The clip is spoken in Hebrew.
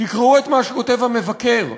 תקראו את מה שכותב המבקר,